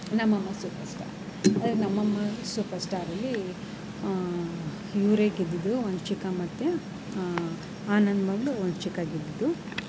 ನಮ್ಮಮ್ಮ super star ಆದರೆ ನಮ್ಮಮ್ಮ ಸೂಪರ್ ಸ್ಟಾರಲ್ಲಿ ಇವರೇ ಗೆದ್ದಿದು ವಂಶಿಕಾ ಮತ್ತು ಆನಂದ್ ಮಗಳು ವಂಶಿಕಾ ಗೆದ್ದಿದ್ದು